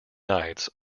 nights